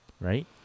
right